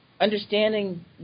understanding